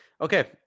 Okay